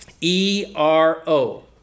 ERO